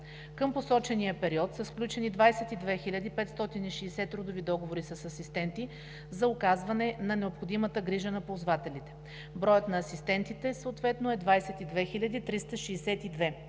Към посочения период са сключени 22 560 трудови договора с асистенти за оказване на необходимата грижа на ползвателите. Броят на асистентите съответно е 22 362.